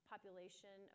population